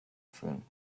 führen